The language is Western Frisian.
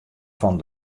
fan